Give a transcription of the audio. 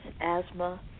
asthma